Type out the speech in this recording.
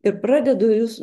ir pradedu jus